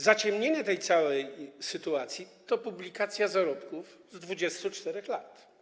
Zaciemnienie tej całej sytuacji to publikacja zarobków z 24 lat.